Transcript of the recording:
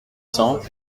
cents